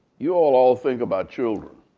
you all all think about children.